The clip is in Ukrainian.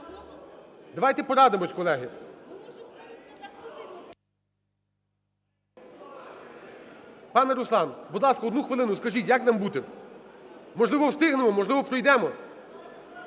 Давайте порадимось, колеги. Пане Руслан, будь ласка, одну хвилину, скажіть, як на бути? Можливо, встигнемо, можливо, пройдемо?